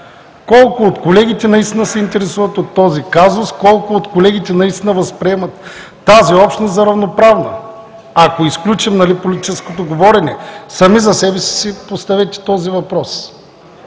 Колко от колегите наистина се интересуват от този казус, колко от колегите наистина възприемат тази общност за равноправна? Ако изключим политическото говорене, сами за себе си си поставете този въпрос.